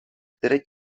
které